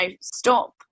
stop